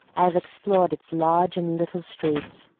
i have explored its large and little streets,